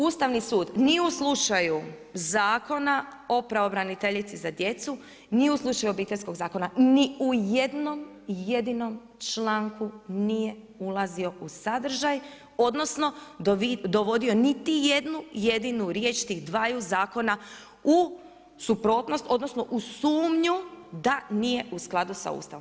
Ustavni sud ni u slučaju Zakona o pravobraniteljici za djecu ni u slučaju Obiteljskog zakona ni u jednom jedinom članku nije ulazio u sadržaj odnosno dovodio niti jednu jedinu riječ tih dvaju zakona u suprotnost odnosno u sumnju da nije u skladu sa Ustavom.